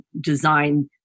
design